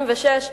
ב-1976,